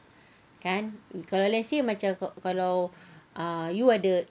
kan kalau let's say kalau you ada